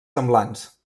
semblants